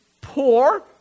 poor